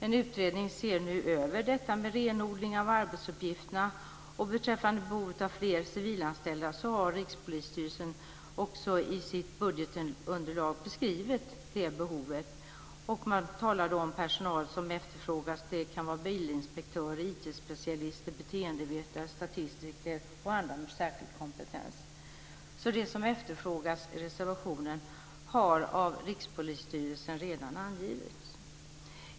En utredning ser nu över frågan om renodling av arbetsuppgifterna. Rikspolisstyrelsen har i sitt budgetunderlag beskrivit behovet av fler civilanställda. Man skriver om personal som efterfrågas. Det kan vara bilinspektörer, IT-specialister, beteendevetare, statistiker och andra med särskild kompetens. Det som efterfrågas i reservationen har av Rikspolisstyrelsen redan angivits.